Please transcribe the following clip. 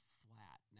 flat